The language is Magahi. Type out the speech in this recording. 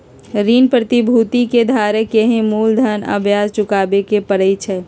ऋण प्रतिभूति के धारक के ही मूलधन आ ब्याज चुकावे के परई छई